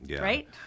right